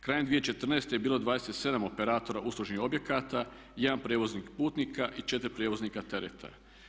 Krajem 2014. je bilo 27 operatora uslužnih objekata, 1 prijevoznik putnika i 4 prijevoznika tereta.